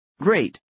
Great